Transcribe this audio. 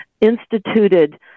instituted